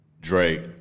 Drake